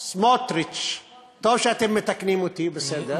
סמוֹטריץ, טוב שאתם מתקנים אותי, בסדר.